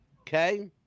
Okay